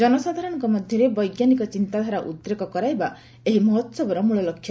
ଜନସାଧାରଣଙ୍କ ମଧ୍ୟରେ ବୈଜ୍ଞାନିକ ଚିନ୍ତାଧାରା ଉଦ୍ରେକ କରାଇବା ଏହି ମହୋହବର ମୂଳଲକ୍ଷ୍ୟ